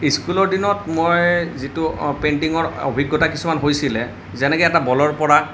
ইস্কুলৰ দিনত মই যিটো পেইণ্টিঙৰ অভিজ্ঞতা কিছুমান হৈছিলে যেনেকে এটা বলৰ পৰা